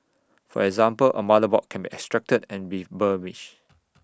for example A motherboard can be extracted and refurbished